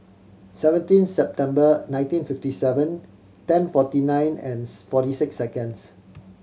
seventeen September nineteen fifty seven ten forty nine and forty six seconds